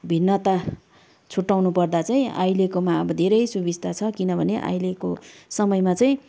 भिन्नता छुट्टाउनु पर्दा चाहिँ अहिलेकोमा अब धेरै सुविस्ता छ किनभने अहिलेको समयमा चाहिँ